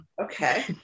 Okay